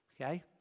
okay